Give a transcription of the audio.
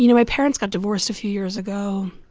you know my parents got divorced a few years ago.